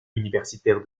universitaire